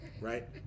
Right